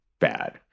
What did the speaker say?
bad